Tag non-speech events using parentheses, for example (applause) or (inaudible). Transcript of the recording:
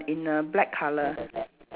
in a black colour (noise)